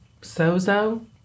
Sozo